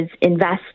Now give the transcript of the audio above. invest